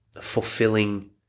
fulfilling